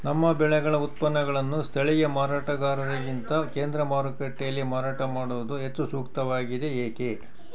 ನಮ್ಮ ಬೆಳೆಗಳ ಉತ್ಪನ್ನಗಳನ್ನು ಸ್ಥಳೇಯ ಮಾರಾಟಗಾರರಿಗಿಂತ ಕೇಂದ್ರ ಮಾರುಕಟ್ಟೆಯಲ್ಲಿ ಮಾರಾಟ ಮಾಡುವುದು ಹೆಚ್ಚು ಸೂಕ್ತವಾಗಿದೆ, ಏಕೆ?